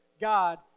God